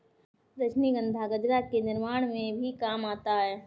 रजनीगंधा गजरा के निर्माण में भी काम आता है